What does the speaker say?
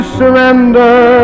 surrender